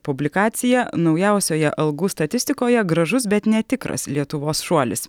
publikacija naujausioje algų statistikoje gražus bet netikras lietuvos šuolis